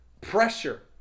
Pressure